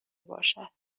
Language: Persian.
باشد